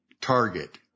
target